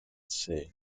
sea